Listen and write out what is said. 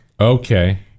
okay